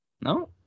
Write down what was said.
No